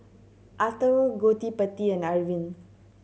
Atal Gottipati and Arvind